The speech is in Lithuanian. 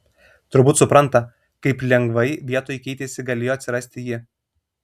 turbūt supranta kaip lengvai vietoj keitėsi galėjo atsirasti ji